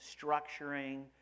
structuring